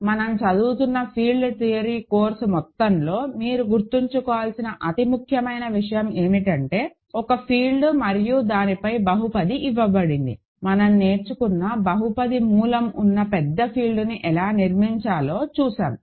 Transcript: మనం చదువుతున్న field theory course మొత్తంలో మీరు గుర్తుంచుకోవాల్సిన అతి ముఖ్యమైన విషయం ఏమిటంటే ఒక ఫీల్డ్ మరియు దానిపై బహుపది ఇవ్వబడింది మనం నేర్చుకున్న బహుపది మూలం ఉన్న పెద్ద ఫీల్డ్ను ఎలా నిర్మించాలో నేర్చుకున్నాము